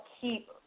keep